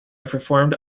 performed